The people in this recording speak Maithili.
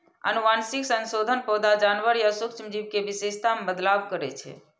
आनुवंशिक संशोधन पौधा, जानवर या सूक्ष्म जीव के विशेषता मे बदलाव करै छै